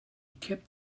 kept